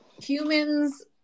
Humans